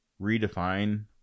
redefine